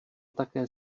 také